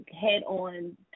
head-on